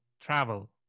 travel